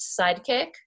sidekick